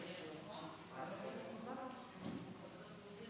גברתי